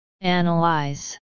analyze